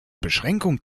beschränkung